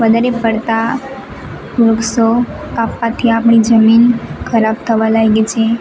વધારે પડતાં વૃક્ષો કાપવાથી આપણી જમીન ખરાબ થવા લાગી છે